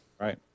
Right